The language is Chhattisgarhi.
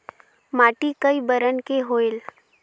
माटी कई बरन के होयल?